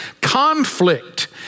conflict